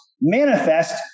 manifest